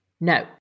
No